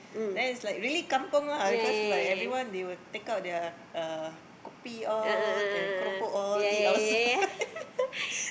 really it's like kampung lah because like everyone they will take out their uh kopi all and keropok all eat outside